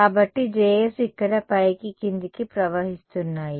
కాబట్టి Js ఇక్కడ పైకి క్రిందికి ప్రవహిస్తున్నాయి